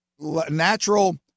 natural